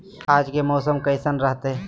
आज के मौसम कैसन रहताई?